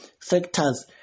sectors